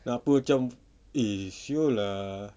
apa macam eh [siol] lah